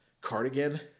Cardigan